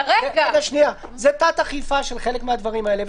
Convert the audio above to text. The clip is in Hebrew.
-- זה תת-אכיפה של חלק מהדברים האלה,